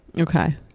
okay